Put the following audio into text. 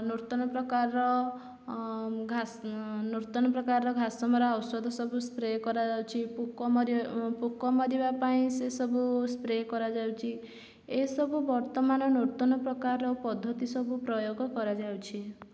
ନୂତନ ପ୍ରକାରର ଘାସ ନୂତନ ପ୍ରକାରର ଘାସମରା ଔଷଧ ସବୁ ସ୍ପ୍ରେ କରାଯାଉଛି ପୋକମରି ପୋକ ମାରିବା ପାଇଁ ସେସବୁ ସ୍ପ୍ରେ କରାଯାଉଛି ଏସବୁ ବର୍ତ୍ତମାନ ନୂତନ ପ୍ରକାରର ପଦ୍ଧତି ସବୁ ପ୍ରୟୋଗ କରାଯାଉଛି